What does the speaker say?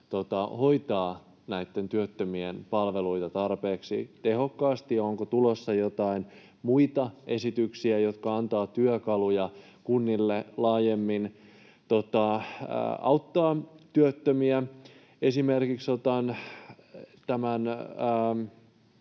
hoitaa työttömien palveluita tarpeeksi tehokkaasti ja onko tulossa joitain muita esityksiä, jotka antavat työkaluja kunnille laajemmin auttaa työttömiä. Esimerkiksi otan tämän